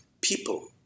people